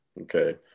Okay